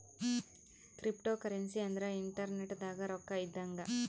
cryptocurrency ಅಂದ್ರ internet ದಾಗ ರೊಕ್ಕ ಇದ್ದಂಗ